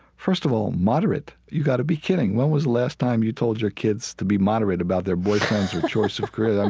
first of all, moderate, you gotta be kidding. when was the last time you told your kids to be moderate about their boyfriends or choice of career?